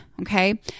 Okay